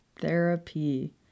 Therapy